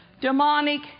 demonic